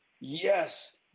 yes